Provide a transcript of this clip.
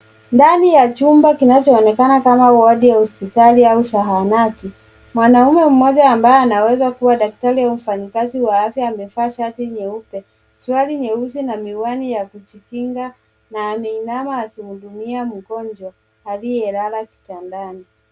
Ndani ya chumba kinachoonekana kama wodi ya hospitali au zahanati, mwanamume mmoja ambaye anaweza kuwa daktari au mfanyakazi wa afya amevaa shati nyeupe ,suruali nyeusi na miwani ya kujikinga na ameinama akihudumia mgonjwa aliyelala kitandani.